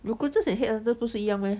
recruiters and headhunters 不是一样 meh